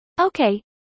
Okay